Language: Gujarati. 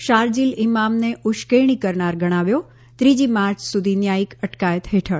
શારજીલ ઇમામને ઉશ્કેરણી કરનાર ગણાવ્યો ત્રીજી માર્ચ સુધી ન્યાયિક અટકાયત હેઠળ